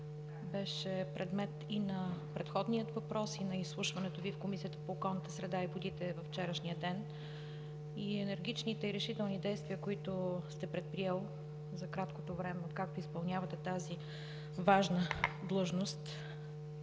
беше предмет и на предходния въпрос, и на изслушването Ви в Комисията по околната среда и водите във вчерашния ден. Енергичните и решителни действия, които сте предприели за краткото време, откакто изпълнявате тази важна длъжност